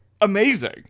amazing